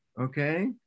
okay